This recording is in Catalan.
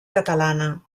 catalana